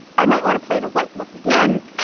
i might want to play the white look again.